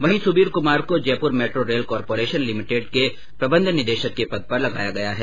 वहीं सुबीर कुमार को Jaipur metro rail corporation limited के प्रबंध निदेशक के पद पर लगाया गया है